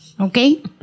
Okay